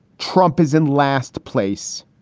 trump is in last place.